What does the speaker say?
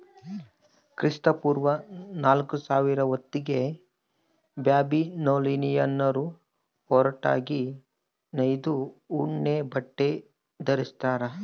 ಕ್ರಿಸ್ತಪೂರ್ವ ನಾಲ್ಕುಸಾವಿರ ಹೊತ್ತಿಗೆ ಬ್ಯಾಬಿಲೋನಿಯನ್ನರು ಹೊರಟಾಗಿ ನೇಯ್ದ ಉಣ್ಣೆಬಟ್ಟೆ ಧರಿಸ್ಯಾರ